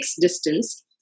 distance